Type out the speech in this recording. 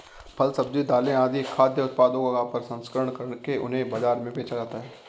फल, सब्जी, दालें आदि खाद्य उत्पादनों का प्रसंस्करण करके उन्हें बाजार में बेचा जाता है